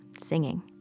singing